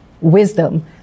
wisdom